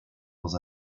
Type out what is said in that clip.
dans